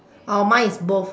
oh mine is both